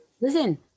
Listen